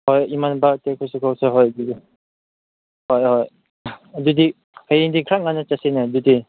ꯍꯣꯏ ꯏꯃꯥꯟꯅꯕ ꯑꯇꯩ ꯈꯣꯏꯁꯨ ꯀꯧꯁꯦ ꯍꯣꯏ ꯑꯗꯨꯗꯤ ꯍꯣꯏ ꯍꯣꯏ ꯑꯗꯨꯗꯤ ꯍꯌꯦꯡꯗꯤ ꯈꯔ ꯉꯟꯅ ꯆꯠꯁꯤꯅꯦ ꯑꯗꯨꯗꯤ